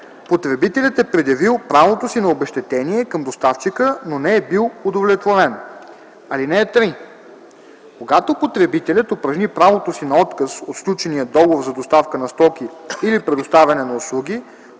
потребителят е предявил правото си на обезщетение към доставчика, но не е бил удовлетворен. (3) Когато потребителят упражни правото си на отказ от сключения договор за доставка на стоки или предоставяне на услуги,